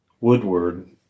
Woodward